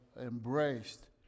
embraced